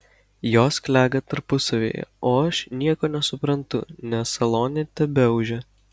jos klega tarpusavyje o aš nieko nesuprantu nes salone tebeūžia